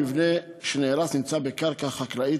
המבנה שנהרס נמצא בקרקע חקלאית,